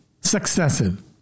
successive